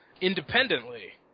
independently